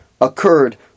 occurred